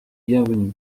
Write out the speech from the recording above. bienvenu